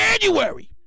January